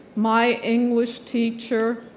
my english teacher,